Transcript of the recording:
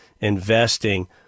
investing